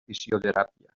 fisioteràpia